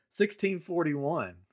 1641